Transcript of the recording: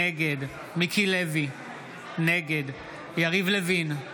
נגד מיקי לוי, נגד יריב לוין,